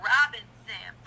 Robinson